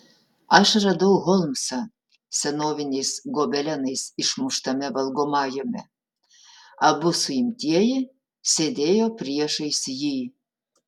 aš radau holmsą senoviniais gobelenais išmuštame valgomajame abu suimtieji sėdėjo priešais jį